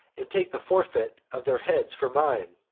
and take the forfeit of their heads for mine?